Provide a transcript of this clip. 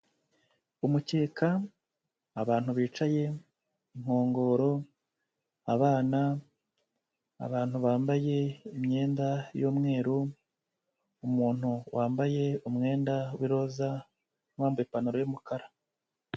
Umukeka, abantu bicaye, inkongoro, abana, abantu bambaye imyenda y'umweru, umuntu wambaye umwenda w'iroza n'uwambaye ipantaro y'umukara.